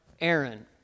Aaron